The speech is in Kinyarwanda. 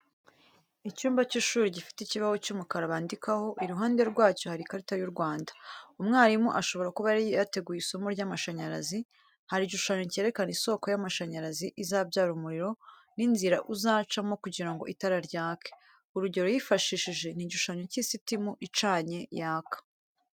Icyumba cy'ishuri gifite ikibaho cy'umukara bandikaho, iruhande rwacyo hari ikarita y'u Rwanda. Umwarimu ashobora kuba yari yateguye isomo ry'amashanyarazi. Hari igishushanyo kerekana isoko y'amashanyarazi izabyara umuriro, n'inzira uzacamo kugira ngo itara ryake. Urugero yifashishije ni igishunyo cy'isitimu icanye yaka.